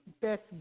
best